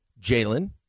jalen